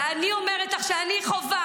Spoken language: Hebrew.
ואני אומרת לך שאני חווה,